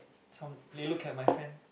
some they look at my friend